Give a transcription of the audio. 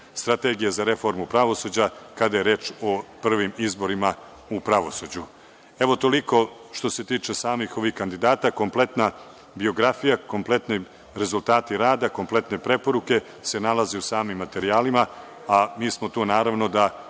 strategije za reformu pravosuđa kada je reč o prvim izborima u pravosuđu. Toliko što se tiče samih ovih kandidata. Kompletna biografija, kompletni rezultati rada, kompletne preporuke se nalaze u samim materijalima, a mi smo tu, naravno da